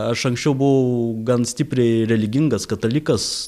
aš anksčiau buvau gan stipriai religingas katalikas